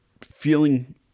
feeling